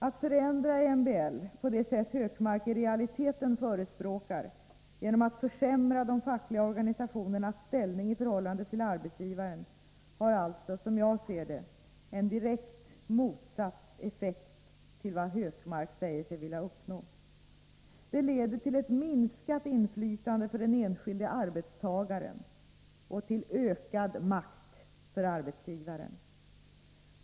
Att förändra MBL på det sätt Hökmark i realiteten förespråkar, genom att försämra de fackliga organisationernas ställning i förhållande till arbetsgivaren, har alltså, som jag ser det, en direkt motsatt effekt till vad Hökmark säger sig vilja uppnå. Det leder till ett minskat inflytande för den enskilde arbetstagaren och till ökad makt för arbetsgivaren.